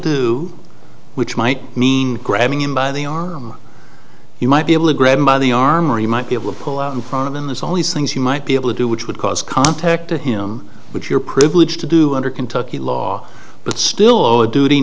do which might mean grabbing him by the arm he might be able to grab him by the armory might be able to pull out in front of him there's all these things you might be able to do which would cause contact to him which you're privileged to do under kentucky law but still owe a duty